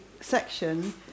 section